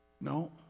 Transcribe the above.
No